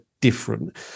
different